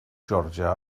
georgia